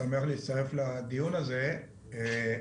שמח להצטרף לדיון הזה,